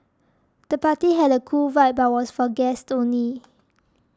the party had a cool vibe but was for guests only